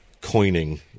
coining